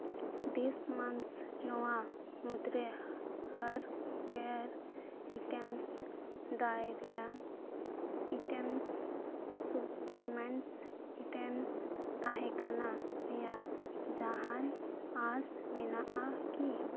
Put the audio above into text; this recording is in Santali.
ᱫᱤᱥ ᱢᱟᱱᱛᱷ ᱱᱚᱣᱟ ᱢᱩᱫᱽᱨᱮ hair care items dairy items supplements items ᱛᱟᱦᱮᱱ ᱨᱮᱭᱟᱜ ᱡᱟᱦᱟᱱ ᱟᱸᱥ ᱢᱮᱱᱟᱜᱼᱟ ᱠᱤ